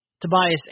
Tobias